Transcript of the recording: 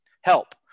help